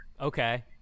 Okay